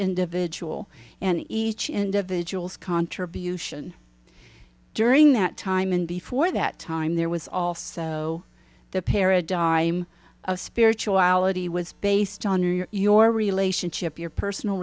individual and each individual's contribution during that time and before that time there was also the paradigm of spirituality was based on your your relationship your personal